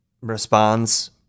responds